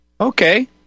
okay